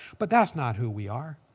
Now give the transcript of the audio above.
but that's not who we are.